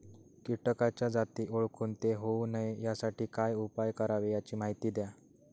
किटकाच्या जाती ओळखून ते होऊ नये यासाठी काय उपाय करावे याची माहिती द्या